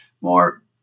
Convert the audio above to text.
more